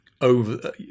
over